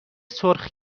سرخ